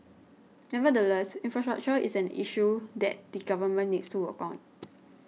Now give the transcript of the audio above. nevertheless infrastructure is an issue that the government needs to work on